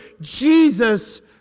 Jesus